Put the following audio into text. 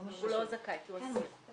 הוא לא זכאי כי הוא אסיר.